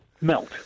melt